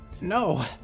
No